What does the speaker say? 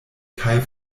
kaj